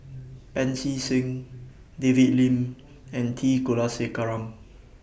Pancy Seng David Lim and T Kulasekaram